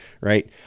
right